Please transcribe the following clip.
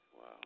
Wow